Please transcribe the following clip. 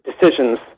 decisions